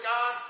God